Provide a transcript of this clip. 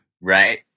Right